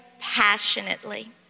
passionately